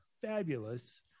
fabulous